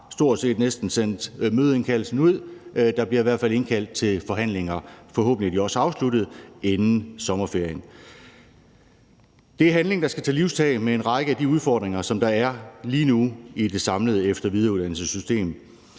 ministeren næsten har sendt mødeindkaldelsen ud. Der bliver i hvert fald indkaldt til forhandlinger, og forhåbentlig bliver de også afsluttet inden sommerferien. Det er handling, der skal tage livtag med en række af de udfordringer, som der er lige nu i det samlede efter- og videreuddannelsessystem.